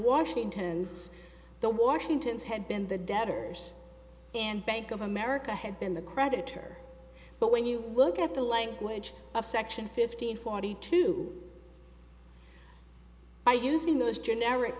washington it's the washington's had been the debtors in bank of america had been the creditor but when you look at the language of section fifteen forty two by using those generic